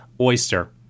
oyster